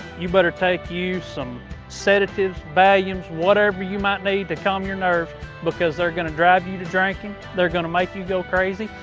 you better take you some sedatives, valiums, whatever you might need to calm your nerves because they're going to drive you you to drinking. they're going to make you go crazy.